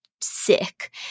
sick